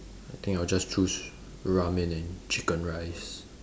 I think I'll just choose ramen and chicken rice